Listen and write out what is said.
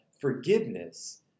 forgiveness